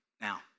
Now